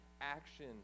action